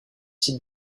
sites